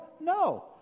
No